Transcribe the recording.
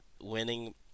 winning